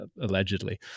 allegedly